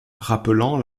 rappelant